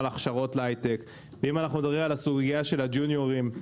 ההכשרות להייטק ועל הסוגיה של הג'וניורים.